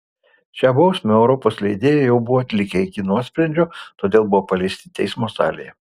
šią bausmę europos leidėjai jau buvo atlikę iki nuosprendžio todėl buvo paleisti teismo salėje